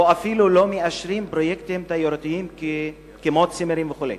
ואפילו לא מאשרים פרויקטים תיירותיים כמו צימרים וכו'.